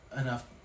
enough